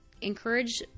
encourage